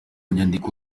nyandiko